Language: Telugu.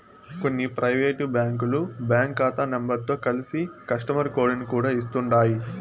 కొన్ని పైవేటు బ్యాంకులు బ్యాంకు కాతా నెంబరుతో కలిసి కస్టమరు కోడుని కూడా ఇస్తుండాయ్